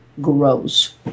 grows